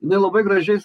nelabai gražiais